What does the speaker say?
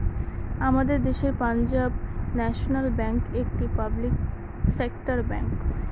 আমাদের দেশের Punjab national bank একটি পাবলিক সেক্টর ব্যাঙ্ক